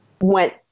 went